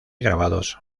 grabados